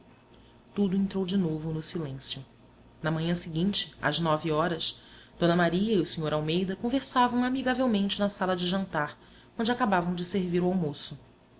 tudo entrou de novo no silêncio na manhã seguinte às nove horas d maria e o sr almeida conversavam amigavelmente na sala de jantar onde acabavam de servir o almoço